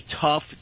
tough